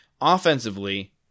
Offensively